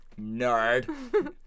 Nerd